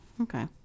Okay